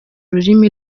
rurimi